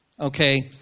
Okay